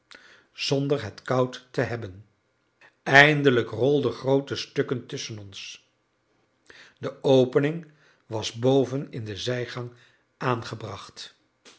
zonder het koud te hebben eindelijk rolden grootere stukken tusschen ons de opening was boven in de zijgang aangebracht